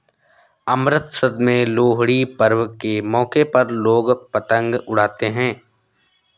अमृतसर में लोहड़ी पर्व के मौके पर लोग पतंग उड़ाते है